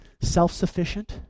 self-sufficient